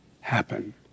happen